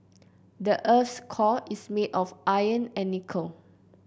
the earth's core is made of iron and nickel